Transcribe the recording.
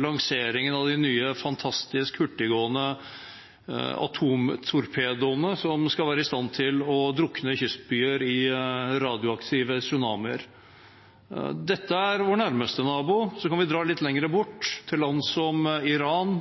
lanseringen av de nye fantastisk hurtiggående atomtorpedoene som skal være i stand til å drukne kystbyer i radioaktive tsunamier. Dette er vår nærmeste nabo. Så kan vi dra litt lenger bort, til land som Iran